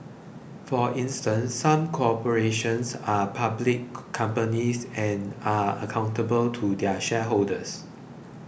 for instance some corporations are public companies and are accountable to their shareholders